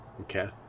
Okay